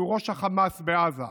שהוא ראש החמאס בעזה.